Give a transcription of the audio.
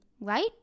right